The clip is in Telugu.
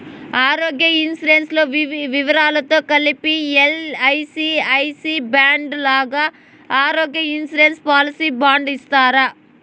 ఆరోగ్య ఇన్సూరెన్సు లో వివరాలతో కలిపి ఎల్.ఐ.సి ఐ సి బాండు లాగా ఆరోగ్య ఇన్సూరెన్సు పాలసీ బాండు ఇస్తారా?